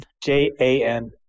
J-A-N